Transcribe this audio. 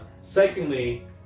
Secondly